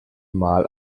mal